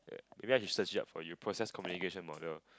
maybe I should search it up for you process communication model